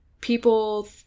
people